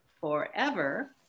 forever